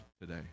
today